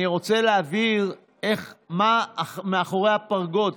אני רוצה להבהיר מה מאחורי הפרגוד,